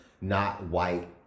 not-white